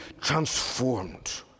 transformed